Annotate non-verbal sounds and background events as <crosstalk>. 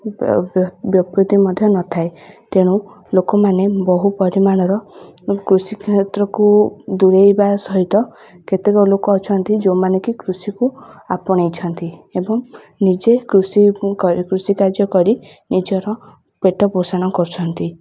<unintelligible> ବ୍ୟପୃତି ମଧ୍ୟ ନଥାଏ ତେଣୁ ଲୋକମାନେ ବହୁ ପରିମାଣର କୃଷି କ୍ଷେତ୍ରକୁ ଦୂରେଇବା ସହିତ କେତେକ ଲୋକ ଅଛନ୍ତି ଯେଉଁମାନେ କି କୃଷିକୁ ଆପଣେଇଛନ୍ତି ଏବଂ ନିଜେ କୃଷି <unintelligible> କୃଷି କାର୍ଯ୍ୟ କରି ନିଜର ପେଟ ପୋଷଣ କରୁଛନ୍ତି